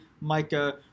Micah